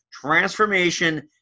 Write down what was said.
transformation